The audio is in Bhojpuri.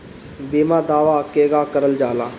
बीमा दावा केगा करल जाला?